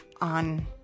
on